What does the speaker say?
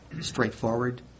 straightforward